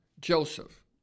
Joseph